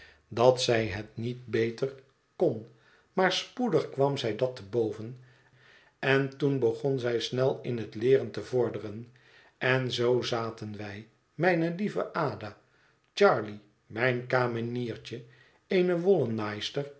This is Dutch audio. dat zij het niet beter kon maar spoedig kwam zij dat te boven en toen begon zij snel in het leeren te vorderen en zoo zaten wij mijne lieve ada charley mijn kameniertje eene wollenaaister